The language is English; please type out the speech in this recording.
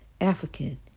African